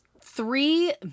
three